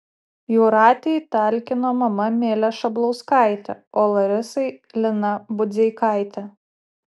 jūratei talkino mama milė šablauskaitė o larisai lina budzeikaitė